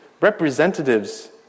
representatives